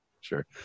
Sure